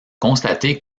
constaté